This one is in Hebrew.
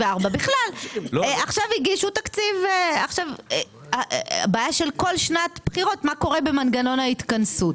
2024. -- מה קורה במנגנון ההתכנסות בשנת בחירות?